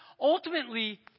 Ultimately